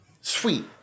Sweet